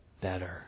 better